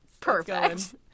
Perfect